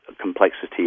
Complexity